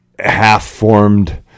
half-formed